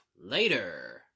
later